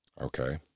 Okay